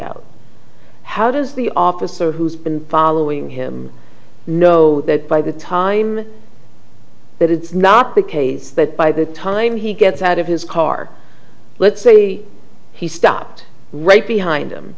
out how does the officer who's been following him know that by the time that it's not the case that by the time he gets out of his car let's say he stopped right behind